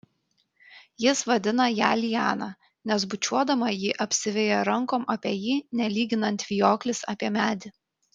jis vadina ją liana nes bučiuodama ji apsiveja rankom apie jį nelyginant vijoklis apie medį